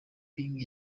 ping